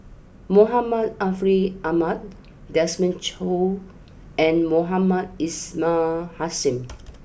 Muhammad Ariff Ahmad Desmond Choo and Mohamed Ismail Hussain